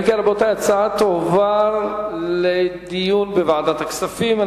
אם כן, רבותי, ההצעה תועבר לדיון בוועדת הכספים.